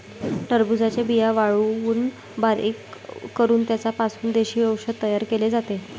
टरबूजाच्या बिया वाळवून बारीक करून त्यांचा पासून देशी औषध तयार केले जाते